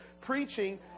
preaching